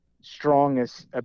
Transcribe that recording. strongest